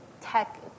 tech